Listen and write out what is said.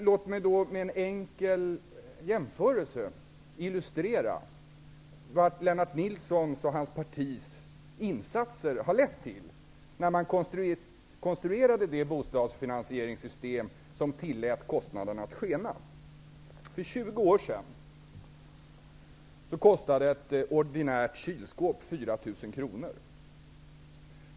Låt mig med en enkel jämförelse illustrera vad Lennart Nilssons och hans partis insatser har lett till när man konstruerade det bostadsfinansieringssystem som tillät kostnaderna att skena. För 20 år sedan kostade ett ordinärt kylskåp 4 000 kr.